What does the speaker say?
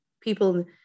people